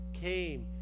came